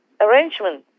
arrangement